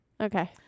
Okay